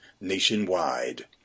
nationwide